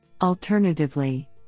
Alternatively